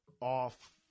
off